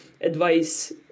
advice